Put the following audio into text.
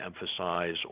emphasize